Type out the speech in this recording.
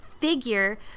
figure